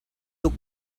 tuk